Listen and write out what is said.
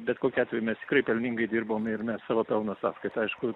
bet kokiu atveju mes tikrai pelningai dirbom ir mes savo pelno sąskaita aišku